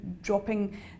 dropping